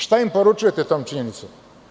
Šta im poručujete tom činjenicom?